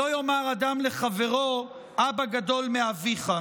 שלא יאמר אדם לחברו: אבא גדול מאביך".